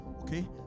okay